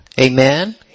Amen